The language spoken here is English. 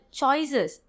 choices